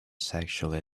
sexually